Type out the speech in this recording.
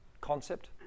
concept